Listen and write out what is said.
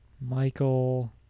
Michael